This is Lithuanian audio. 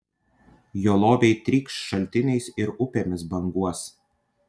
jo lobiai trykš šaltiniais ir upėmis banguos